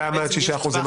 נכון.